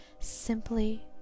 Simply